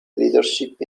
leadership